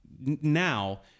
now